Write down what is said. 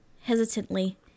hesitantly